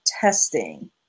testing